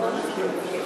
על מה יצביעו?